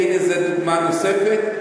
והנה זו דוגמה נוספת,